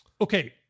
Okay